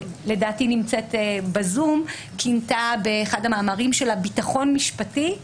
שלדעתי נמצאת ב-זום כינתה באחד המאמרים שלה ביטחון משפטי,